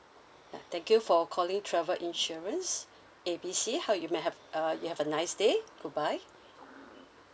ya thank you for calling travel insurance A B C how you may have uh you have a nice day goodbye